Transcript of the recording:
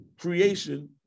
creation